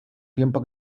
tiempo